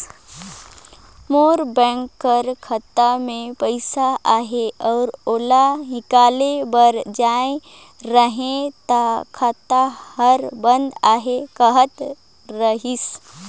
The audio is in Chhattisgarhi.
मोर बेंक कर खाता में पइसा अहे अउ ओला हिंकाले बर जाए रहें ता खाता हर बंद अहे कहत रहिस